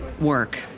work